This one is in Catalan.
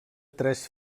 tres